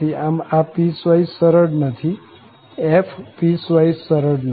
આમ આ પીસવાઈસ સરળ નથી f પીસવાઈસ સરળ નથી